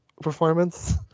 performance